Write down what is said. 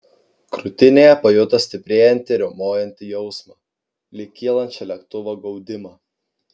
krūtinėje pajuto stiprėjantį riaumojantį jausmą lyg kylančio lėktuvo gaudimą